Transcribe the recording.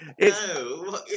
no